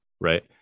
Right